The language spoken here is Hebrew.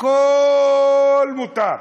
הכול מותר,